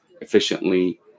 efficiently